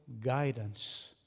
guidance